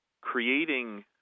creating